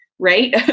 Right